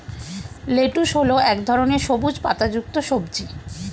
lettuce হল এক ধরনের সবুজ পাতাযুক্ত সবজি